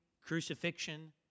crucifixion